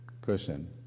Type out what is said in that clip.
cushion